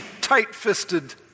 tight-fisted